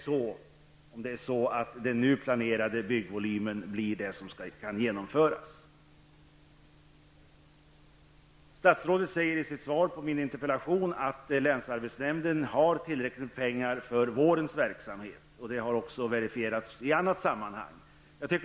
Statsrådet säger i sitt svar på min interpellation att länsarbetsnämnden har tillräckligt med pengar för vårens verksamhet. Det har också verifierats i annat sammanhang.